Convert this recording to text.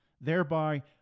thereby